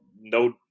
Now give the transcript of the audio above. No